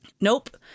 nope